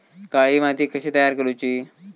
काळी माती कशी तयार करूची?